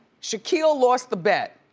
shaquille lost the bet.